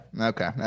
okay